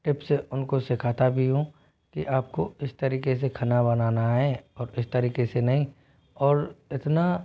tips उनको सिखाता भी हूँ कि आपको इस तरीके से खाना बनाना है और किस तरीके से नहीं और इतना